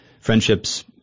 friendships